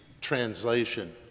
translation